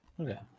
Okay